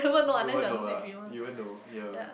you won't know lah you won't know ya